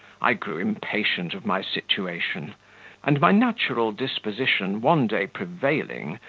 i grew impatient of my situation and my natural disposition one day prevailing,